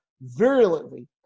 virulently